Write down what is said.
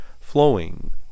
flowing